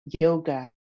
yoga